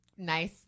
Nice